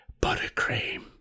Buttercream